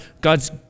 God's